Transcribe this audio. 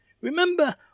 Remember